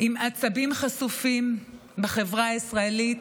עם עצבים חשופים בחברה הישראלית.